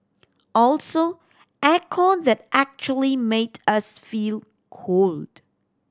also air con that actually made us feel cold